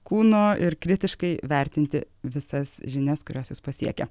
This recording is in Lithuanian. kūno ir kritiškai vertinti visas žinias kurios jus pasiekia